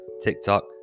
tiktok